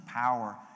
power